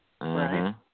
Right